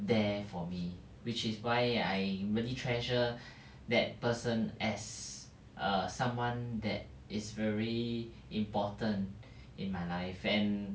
there for me which is why I really treasure that person as err someone that is very important in my life and